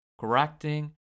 correcting